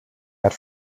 had